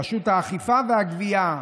רשות האכיפה והגבייה,